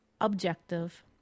objective